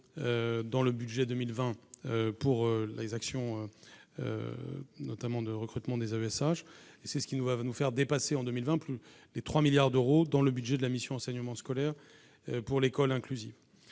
dans le budget 2020 pour les actions notamment de recrutement des à message et c'est ce qui nous va nous faire dépasser en 2020, plus des 3 milliards d'euros dans le budget de la mission enseignement scolaire pour l'école inclusive,